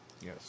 Yes